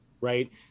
Right